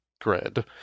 grid